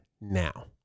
now